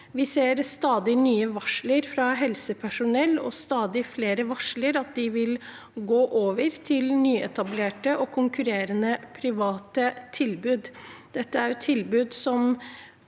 Vi ser stadig nye varsler fra helsepersonell, og stadig flere varsler at de vil gå over til nyetablerte og konkurrerende private tilbud. Dette er da tilbud som